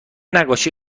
نقاشی